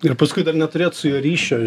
ir paskui dar neturėt su juo ryšio